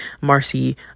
Marcy